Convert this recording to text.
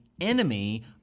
enemy